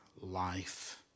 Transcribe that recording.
life